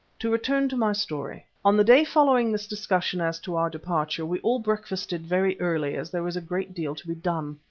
to return to my story. on the day following this discussion as to our departure we all breakfasted very early as there was a great deal to be done.